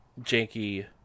Janky